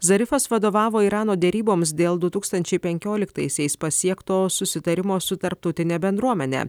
zarifas vadovavo irano deryboms dėl du tūkstančiai penkioliktaisiais pasiekto susitarimo su tarptautine bendruomene